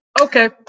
okay